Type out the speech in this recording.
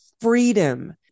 freedom